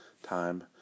time